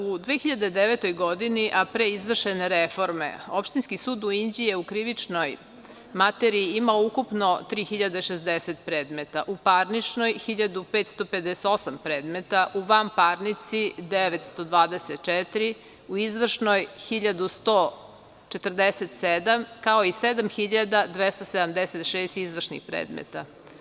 U 2009. godini, a pre izvršene reforme, Opštinski sud u Inđiji je u krivičnoj materiji imao ukupno 3.060 predmeta, u parničnoj 1.558 predmeta, u vanparnici 924, u izvršnoj 1.147, kao i 7.276 izvršnih predmeta.